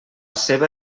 seva